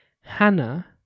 Hannah